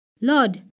Lord